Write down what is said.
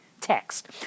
text